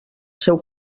seu